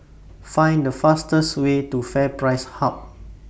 Find The fastest Way to FairPrice Hub